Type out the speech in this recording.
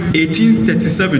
1837